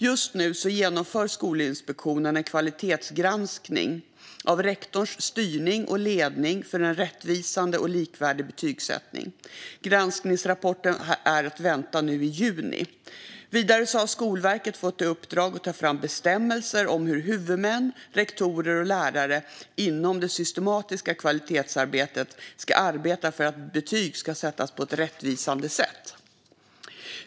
Just nu genomför Skolinspektionen en kvalitetsgranskning av rektorns styrning och ledning för en rättvisande och likvärdig betygsättning. Granskningsrapporten är att vänta nu i juni. Vidare har Skolverket fått i uppdrag att ta fram bestämmelser om hur huvudmän, rektorer och lärare inom det systematiska kvalitetsarbetet ska arbeta för att betyg ska sättas på ett rättvisande sätt.